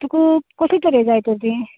तुका कसले तरे जाय तर तीं